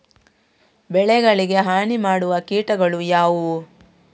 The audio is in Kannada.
ಬೆಳೆಗಳಿಗೆ ಹಾನಿ ಮಾಡುವ ಕೀಟಗಳು ಯಾವುವು?